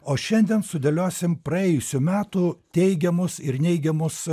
o šiandien sudėliosim praėjusių metų teigiamus ir neigiamus